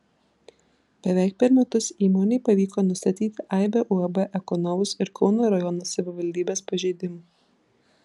beveik per metus įmonei pavyko nustatyti aibę uab ekonovus ir kauno rajono savivaldybės pažeidimų